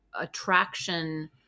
attraction